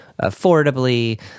affordably